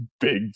big